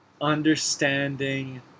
understanding